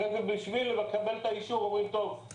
אחרי זה בשביל לקבל את האישור אומרים: טוב,